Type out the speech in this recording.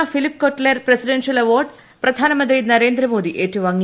പ്രഥമ Philip Kotler presidential award പ്രധാനമന്ത്രി ്നരേന്ദ്രമോദി ഏറ്റുവാങ്ങി